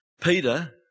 Peter